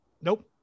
nope